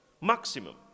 Maximum